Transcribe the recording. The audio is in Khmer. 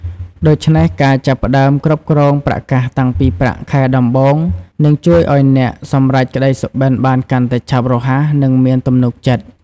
ដូច្នេះ ការចាប់ផ្ដើមគ្រប់គ្រងប្រាក់កាសតាំងពីប្រាក់ខែដំបូង នឹងជួយឲ្យអ្នកសម្រេចក្ដីសុបិនបានកាន់តែឆាប់រហ័ស និងមានទំនុកចិត្ត។